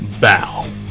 Bow